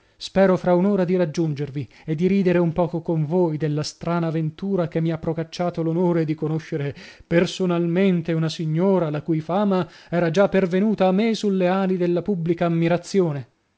spero fra un'ora di raggiungervi e di ridere un poco con voi della strana ventura che mi ha procacciato l'onore di conoscere personalmente una signora la cui fama era già pervenuta a me sulle ali della pubblica ammirazione